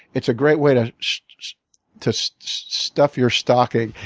it's a great way to to stuff your stocking.